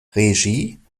regie